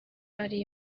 ari